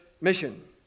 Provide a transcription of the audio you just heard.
mission